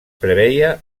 preveia